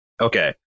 Okay